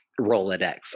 rolodex